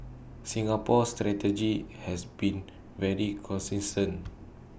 Singapore's strategy has been very consistent